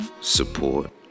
support